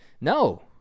no